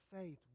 faith